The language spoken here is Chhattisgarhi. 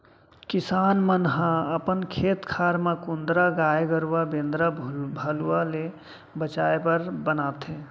किसान मन ह अपन खेत खार म कुंदरा गाय गरूवा बेंदरा भलुवा ले बचाय बर बनाथे